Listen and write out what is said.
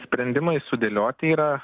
sprendimai sudėlioti yra